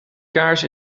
kaars